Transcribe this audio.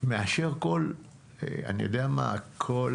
מאשר כל, אני יודע מה, כל